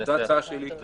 זו ההצעה שלי.